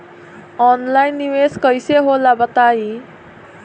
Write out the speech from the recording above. Online निवेस कइसे होला बताईं?